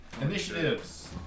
Initiatives